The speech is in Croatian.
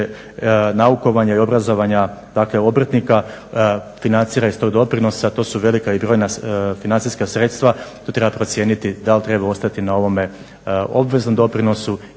naukovanja i obrazovanja dakle obrtnika financira iz tog doprinosa. To su velika i brojna financijska sredstva, tu treba procijeniti da li treba ostati na ovome obveznom doprinosu